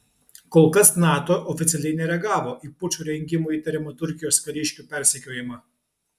kol kas nato oficialiai nereagavo į pučo rengimu įtariamų turkijos kariškių persekiojimą